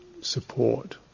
support